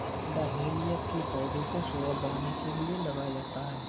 dahlia के पौधे को शोभा बढ़ाने के लिए लगाया जाता है